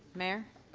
mayor.